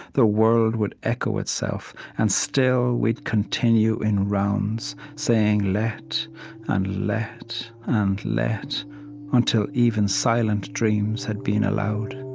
the world would echo itself and still we'd continue in rounds, saying let and let and let until even silent dreams had been allowed.